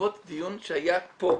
בעקבות דיון שהיה פה,